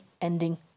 ending